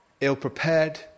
ill-prepared